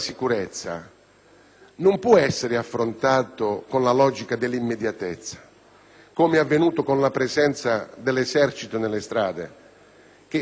non può essere affrontato con la logica dell'immediatezza, come è avvenuto con la presenza dell'esercito nelle strade. Peraltro,